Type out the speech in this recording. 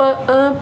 प